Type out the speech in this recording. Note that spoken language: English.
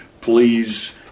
please